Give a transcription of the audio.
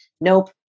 nope